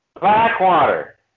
Blackwater